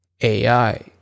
AI